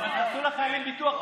תעשו לחיילים ביטוח,